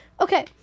Okay